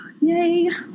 Yay